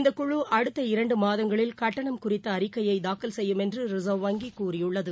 இந்த குழு அடுத்த இரண்டுமாதங்களில கட்டணம் குறித்தஅறிக்கையைதாக்கல் செய்யும் என்றுரிசாவ் வங்கிகூறியுள்ளது